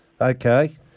Okay